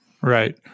Right